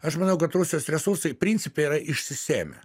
aš manau kad rusijos resursai principe yra išsisėmę